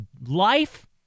life